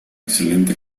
excelente